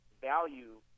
value